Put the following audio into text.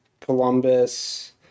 Columbus